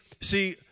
see